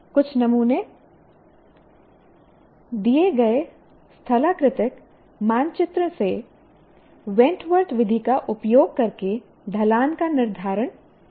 कुछ नमूने दिए गए स्थलाकृतिक मानचित्र से वेंटवर्थ विधि का उपयोग करके ढलान का निर्धारण करें